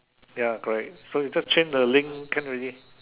ya correct so you just change the link can already